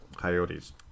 Coyotes